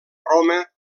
roma